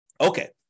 Okay